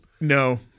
No